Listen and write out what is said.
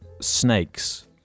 snakes